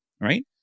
right